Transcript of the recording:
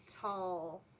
tall